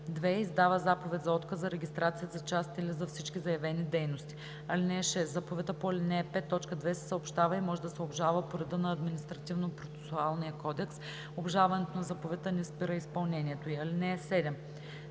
2. издава заповед за отказ за регистрация за част или за всички заявени дейности. (6) Заповедта по ал. 5, т. 2 се съобщава и може да се обжалва по реда на Административнопроцесуалния кодекс. Обжалването на заповедта не спира изпълнението ѝ.